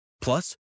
Plus